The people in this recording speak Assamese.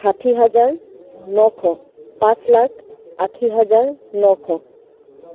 ষাঠি হাজাৰ নশ পাঁচ লাখ আশী হাজাৰ নশ